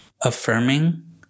affirming